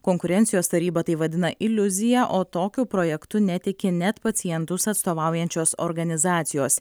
konkurencijos taryba tai vadina iliuzija o tokiu projektu netiki net pacientus atstovaujančios organizacijos